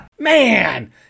Man